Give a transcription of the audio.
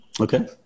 Okay